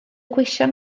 gweision